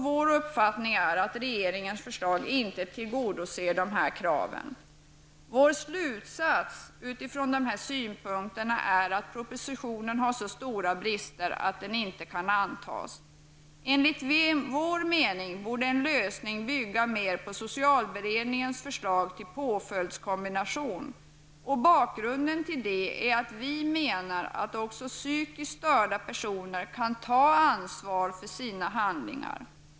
Vår uppfattning är att regeringens förslag inte tillgodoser kraven. Vår slutsats med utgångspunkt i dessa synpunkter är att propositionen har så stora brister att den inte kan antas. Enligt vår mening borde en lösning bygga mer på socialberedningens förslag till påföljdskombination. Bakgrunden är att vi menar att också psykiskt störda personer kan ta ansvar för sina handlingar.